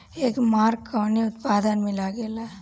एगमार्क कवने उत्पाद मैं लगेला?